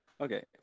Okay